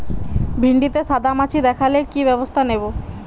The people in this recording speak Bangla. ভিন্ডিতে সাদা মাছি দেখালে কি ব্যবস্থা নেবো?